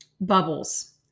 Bubbles